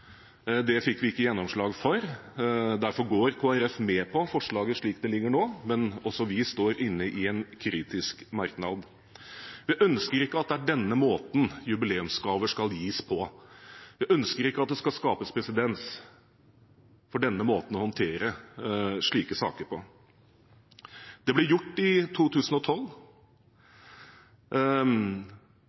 Det fikk vi ikke gjennomslag for. Derfor går Kristelig Folkeparti med på forslaget slik det ligger nå, men også vi står inne i en kritisk merknad. Vi ønsker ikke at det er denne måten jubileumsgaver skal gis på. Vi ønsker ikke at det skal skapes presedens for denne måten å håndtere slike saker på. Det ble gjort i 2012.